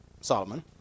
Solomon